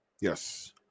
Yes